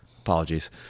Apologies